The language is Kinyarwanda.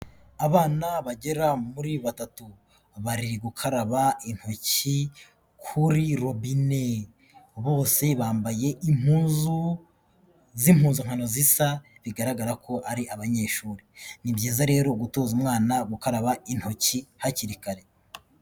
Abana bagera muri batatu bari gukaraba intoki kuri robine, bose bambaye impuzu z'impuzankano zisa bigaragara ko ari abanyeshuri. Ni byiza rero gutoza umwana gukaraba intoki hakiri kare.